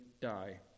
die